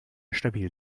stabil